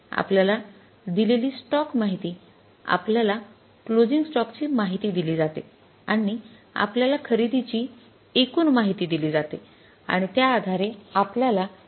आपल्याला दिलेली स्टॉक माहिती आपल्याला क्लोजिंग स्टॉकची माहिती दिली जाते आणि आपल्याला खरेदीची एकूण माहिती दिली जाते आणि त्या आधारे आपल्याला ही रूपे शोधून काढावी लागतात